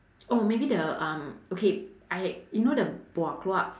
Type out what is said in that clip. oh maybe the um okay I you know the buah keluak